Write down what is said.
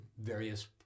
various